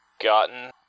gotten